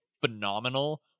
phenomenal